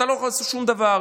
אתה לא יכול לעשות שום דבר.